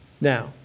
Now